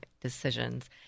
decisions